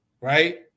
right